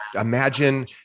imagine